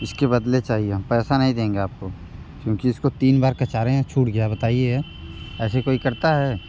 इसके बदले चाहिए हम पैसा नहीं देंगे आपको क्योंकि इसको तीन बार कचारे हैं छुट गया बताइए ऐसे कोई करता है